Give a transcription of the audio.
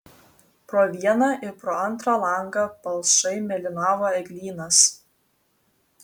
pro vieną ir pro antrą langą palšai mėlynavo eglynas